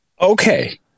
Okay